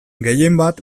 gehienbat